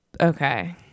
Okay